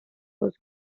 was